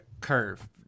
curve